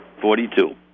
Forty-two